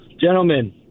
Gentlemen